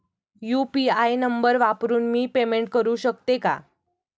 UPI number वापरून मी payment करू शकते का?